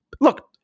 look